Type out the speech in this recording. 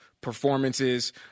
performances